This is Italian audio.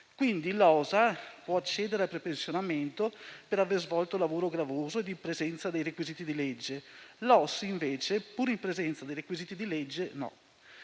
Quindi l'OSA può accedere al prepensionamento per aver svolto lavoro gravoso in presenza dei requisiti di legge; l'OSS, invece, pur in presenza dei requisiti di legge, non